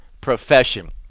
profession